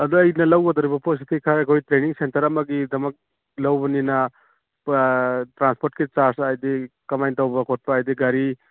ꯑꯗꯨ ꯑꯩꯅ ꯂꯧꯒꯗꯧꯔꯤꯕ ꯄꯦꯠꯁꯤ ꯈꯔ ꯑꯩꯈꯣꯏ ꯇ꯭ꯔꯦꯅꯤꯡ ꯁꯦꯟꯇꯔ ꯑꯃꯒꯤꯗꯃꯛ ꯂꯧꯕꯅꯤꯅ ꯇ꯭ꯔꯥꯟꯁꯄꯣꯔ꯭ꯇꯀꯤ ꯆꯥꯔꯖ ꯍꯥꯏꯗꯤ ꯀꯃꯥꯏꯅ ꯇꯧꯕ ꯈꯣꯠꯄ ꯍꯥꯏꯗꯤ ꯒꯥꯔꯤ